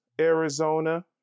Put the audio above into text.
Arizona